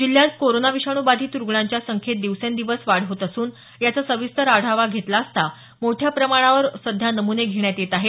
जिल्ह्यात कोरोना विषाणूबाधित रूग्णाच्या संख्येत दिवसेंदिवस वाढ होत असून याचा सविस्तर आढावा घेतला असता मोठ्या प्रमाणावर सध्या नम्ने घेण्यात येत आहेत